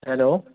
hello